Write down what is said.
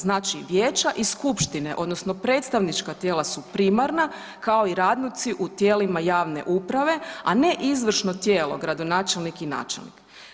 Znači, vijeća i skupštine odnosno predstavnička tijela su primarna kao i radnici u tijelima javne uprave, a ne izvršno tijelo gradonačelnik i načelnik.